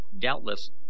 doubtless